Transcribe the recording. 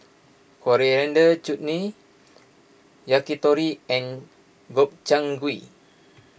Coriander Chutney Yakitori and Gobchang Gui